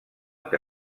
que